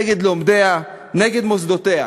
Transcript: נגד לומדיה, נגד מוסדותיה,